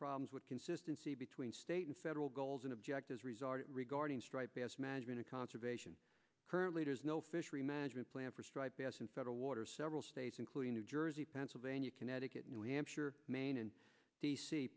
problems with consistency between state and federal goals and objectives result regarding striped bass management of conservation current leaders no fishery management plan for striped bass in federal waters several states including new jersey pennsylvania connecticut new hampshire maine and d